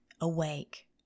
awake